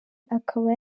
akaba